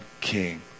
king